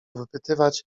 wypytywać